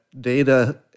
data